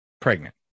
pregnant